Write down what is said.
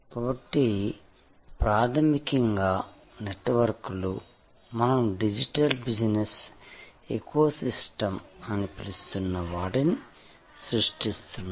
కాబట్టి ప్రాథమికంగా నెట్వర్క్లు మనం డిజిటల్ బిజినెస్ ఎకోసిస్టమ్ అని పిలుస్తున్న వాటిని సృష్టిస్తున్నాయి